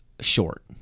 short